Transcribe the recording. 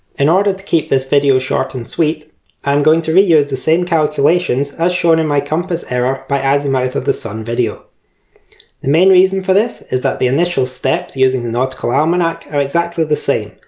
in order to keep this video short and sweet i am going to re-use the same calculations as shown in my compass error by azimuth of the sun video the main reason for this is that the initial steps using the nautical almanac are exactly the same,